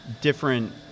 different